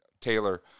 taylor